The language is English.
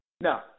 no